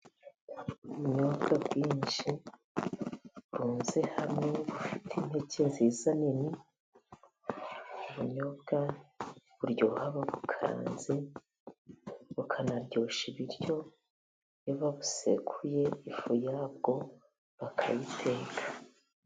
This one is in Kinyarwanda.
Ubunyobwa bwinshi burunze hamwe bufite impeke nziza nini, ubunyobwa buryoha babukaranze bukanaryoshya ibiryo iyo babusekuye ifu yabwo bakayiteka.